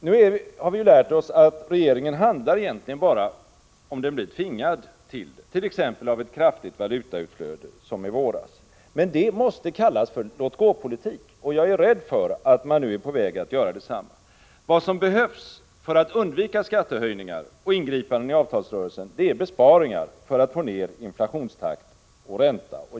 Nu har vi lärt oss att regeringen egentligen bara handlar om den blir tvingad till det, t.ex. efter ett kraftigt valutautflöde som i våras. Detta måste kallas för låt-gå-politik, och jag är rädd för att regeringen nu börjat föra en sådan politik. Vad som behövs för att skattehöjningar och ingripanden i avtalsrörelsen skall undvikas är besparingar i syfte att få ner inflationstakt och ränta.